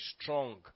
strong